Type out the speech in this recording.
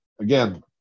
Again